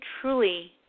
truly